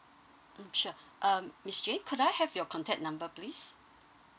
mm sure um miss lin can I have your contact number please